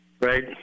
right